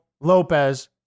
Lopez